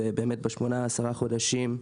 ובאמת ב-10-8 חודשים,